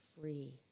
free